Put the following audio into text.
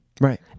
right